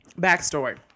backstory